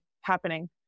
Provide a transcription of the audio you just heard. happening